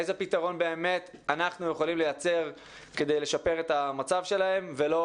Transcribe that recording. איזה פתרון באמת אנחנו יכולים לייצר כדי לשפר את המצב שלהם ללא